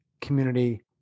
community